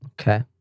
Okay